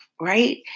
right